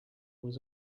was